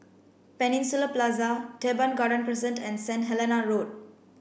Peninsula Plaza Teban Garden Crescent and Saint Helena Road